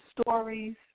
stories